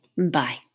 bye